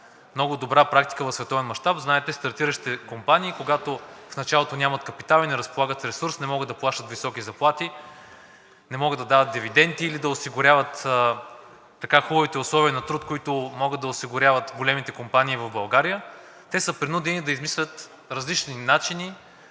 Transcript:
много добра практика в световен мащаб. Знаете, че стартиращите компании в началото нямат капитал и не разполагат с ресурс, не могат да плащат високи заплати, не могат да дават дивиденти или да осигуряват хубавите условия на труд, които могат да осигуряват големите компании, и те са принудени да измислят различни начини